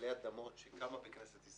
עלי אדמות שקמה בכנסת ישראל.